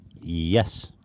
Yes